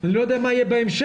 אני לא יודע מה יהיה בהמשך,